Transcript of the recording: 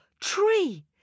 tree